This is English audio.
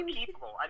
people